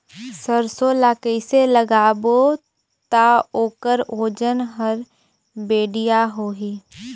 सरसो ला कइसे लगाबो ता ओकर ओजन हर बेडिया होही?